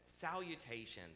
salutations